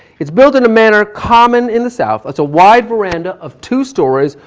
it's built in a manner common in the south. it's a wide veranda of two stories,